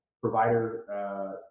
provider